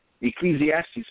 Ecclesiastes